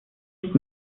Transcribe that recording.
nicht